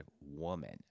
woman